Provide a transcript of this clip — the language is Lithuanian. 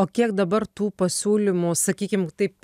o kiek dabar tų pasiūlymų sakykim taip